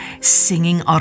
Singing